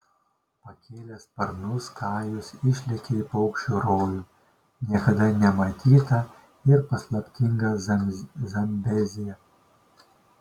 pakėlęs sparnus kajus išlekia į paukščių rojų niekada nematytą ir paslaptingą zambeziją